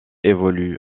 évolue